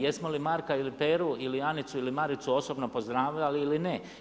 Jesmo li Marka ili Peru ili Anicu ili Maricu osobno poznavali ili ne.